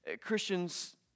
Christians